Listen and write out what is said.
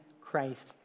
Christ